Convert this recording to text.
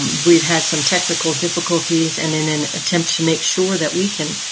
we've had some technical difficulties and in an attempt to make sure that we can.